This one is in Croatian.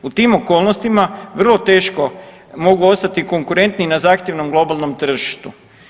U tim okolnostima vrlo teško mogu ostati konkurentni na zahtjevnom globalnom tržištu.